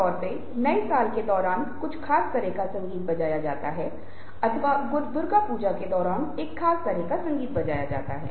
तो आप देखते हैं कि सलाह देने की प्रवृत्ति बहुत आसान है और यह बहुत बार परेशान कर सकती है